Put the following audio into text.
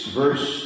verse